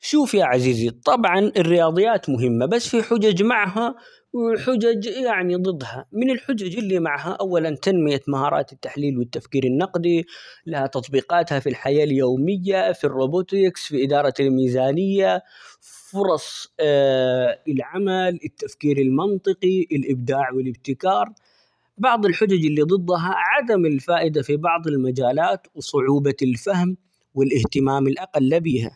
شوف يا عزيزي طبعًا الرياضيات مهمة بس في حجج معها ،وحجج يعني ضدها من الحجج اللي معها أولًا تنمية مهارات التحليل والتفكير النقدي، لها تطبيقاتها في الحياة اليومية في الروبوتكس في إدارة الميزانية ،فرص العمل التفكير المنطقي الابداع ،والابتكار ،بعض الحجج اللي ضدها عدم الفائدة في بعض المجالات، وصعوبة الفهم ،والاهتمام الأقل بها.